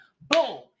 Boom